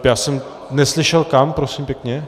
Já jsem neslyšel kam, prosím pěkně.